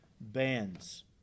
bands